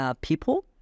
people